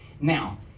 Now